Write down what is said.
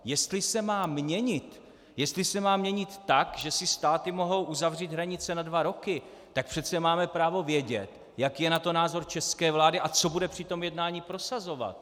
Jestli se má měnit, jestli se má měnit tak, že si státy mohou uzavřít hranice na dva roky, tak přece máme právo vědět, jaký je na to názor české vlády a co bude při tom jednání prosazovat.